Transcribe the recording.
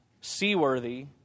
seaworthy